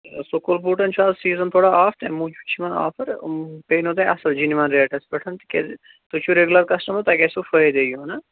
school بوٗٹَن چھُ اَز سیٖزَن تھوڑا آف تَمہِ موٗجوٗب چھِ یِوان آفر یِم پیٚنو تۄہہِ اَصٕل جِنٛوَن ریٹَس پٮ۪ٹھ تِکیٛازِ تُہۍ چھُو رگیٛوٗلَر کَسٹٕمَر تۄہہِ گژھوٕ فٲیدَے یُن ہا